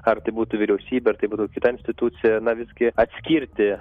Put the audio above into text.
ar tai būtų vyriausybė ar tai būtų kita institucija na visgi atskirti